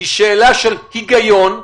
היא שאלה של היגיון,